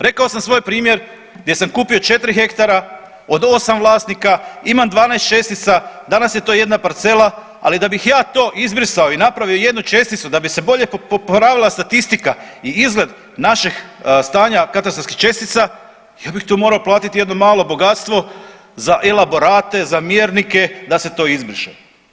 Rekao sam svoj primjer gdje sam kupio 4 hektara od 8 vlasnika, imam 12 čestica, danas je to jedna parcela, ali da bih ja to izbrisao i napravio jednu česticu da bi se bolje popravila statistika i izgled našeg stanja katastarskih čestica ja bih to morao platiti jedno malo bogatstvo za elaborate, za mjernike da se to izbriše.